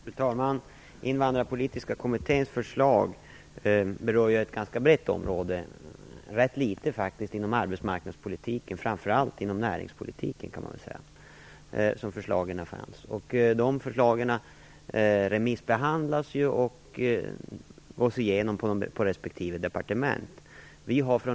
Fru talman! Invandrarpolitiska kommitténs förslag berör ett ganska brett område. Det är ganska litet som ligger inom arbetsmarknadspolitikens område. Det är framför allt inom näringspolitiken som förslagen finns. Dessa förslag remissbehandlas och gås igenom på respektive departement.